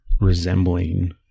resembling